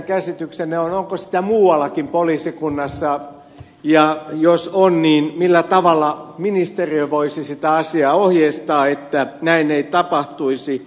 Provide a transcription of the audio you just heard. onko sitä muuallakin poliisikunnassa ja jos on niin millä tavalla ministeriö voisi sitä asiaa ohjeistaa että näin ei tapahtuisi